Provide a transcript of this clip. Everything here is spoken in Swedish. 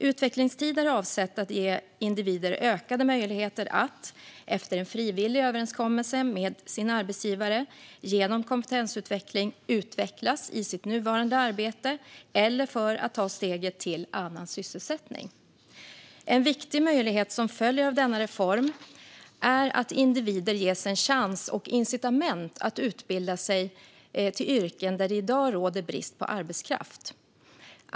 Utvecklingstid är avsett att ge individer ökade möjligheter att, efter en frivillig överenskommelse med sin arbetsgivare, genom kompetensutveckling utvecklas i sitt nuvarande arbete eller ta steget till annan sysselsättning. En viktig möjlighet som följer av denna reform är att individer ges en chans och incitament att utbilda sig till yrken där det i dag råder brist på arbetskraft.